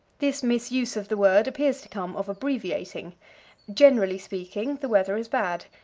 this misuse of the word appears to come of abbreviating generally speaking, the weather is bad.